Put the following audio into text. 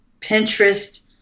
Pinterest